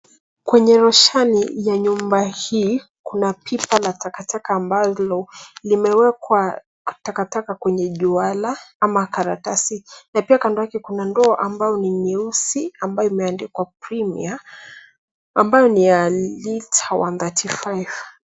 Kwenye roshani ya nyumba hii kuna pipa la takataka ambalo limewekwa takataka kwenye juala ama karatasi na pia kando yake kuna ndoo ambayo ni nyeusi ambayo imeandikwa Premier ambayo ni ya lita one thirty five .